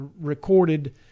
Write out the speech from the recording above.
recorded